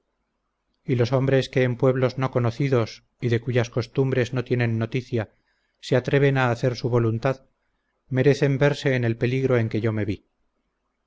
y los hombres que en pueblos no conocidos y de cuyas costumbres no tienen noticia se atreven a hacer su voluntad merecen verse en el peligro en que yo me vi